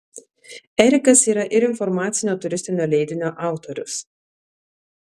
erikas yra ir informacinio turistinio leidinio autorius